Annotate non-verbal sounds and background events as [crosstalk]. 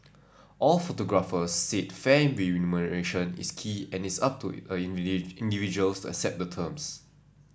all photographers said fair remuneration is key and it is up to [unintelligible] individuals accept the terms